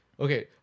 Okay